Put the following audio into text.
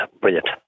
brilliant